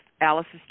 Alice's